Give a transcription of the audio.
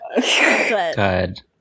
Good